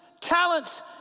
talents